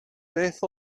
beth